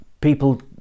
people